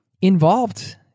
involved